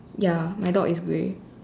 ya my dog is grey